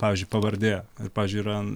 pavyzdžiui pavardė ir pavyzdžiui yra